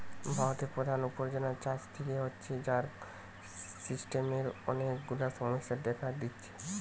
ভারতের প্রধান উপার্জন চাষ থিকে হচ্ছে, যার সিস্টেমের অনেক গুলা সমস্যা দেখা দিচ্ছে